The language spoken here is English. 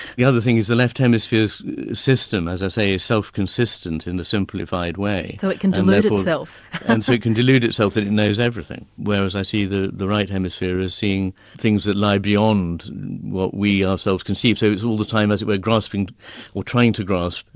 the other thing is the left hemisphere is a system, as i say, is self consistent in a simplified way. so it can delude itself. and so it can delude itself that it knows everything, whereas i see the the right hemisphere as seeing things that lie beyond what we ourselves can see. so it is all the time as it were grasping or trying to grasp,